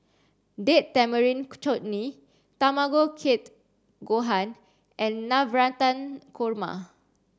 Date Tamarind Chutney Tamago Kake Gohan and Navratan Korma